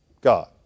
God